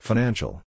Financial